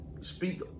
speak